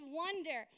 wonder